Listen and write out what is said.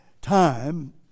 time